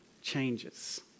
changes